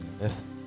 Yes